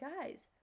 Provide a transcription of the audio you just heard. guys